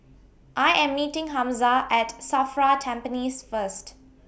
I Am meeting Hamza At SAFRA Tampines First